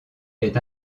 est